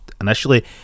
Initially